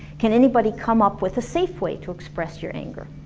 can anybody come up with a safe way to express your anger?